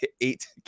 eight